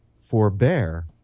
forbear